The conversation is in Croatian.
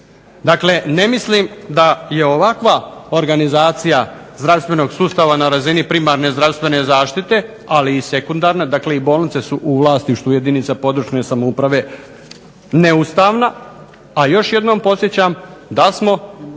Dakle, ne mislim da je ovakva organizacija zdravstvenog sustava na razini primarne zdravstvene zaštite, ali i sekundarne dakle bolnice su u vlasništvu jedinica područne samouprave neustavna. A još jednom podsjećam da smo